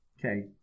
Okay